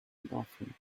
bathroom